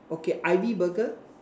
okay ebi Burger